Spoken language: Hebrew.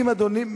אדוני,